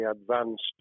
advanced